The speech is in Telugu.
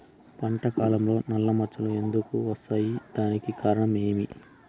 పంట కాలంలో నల్ల మచ్చలు ఎందుకు వస్తాయి? దానికి కారణం ఏమి?